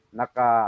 naka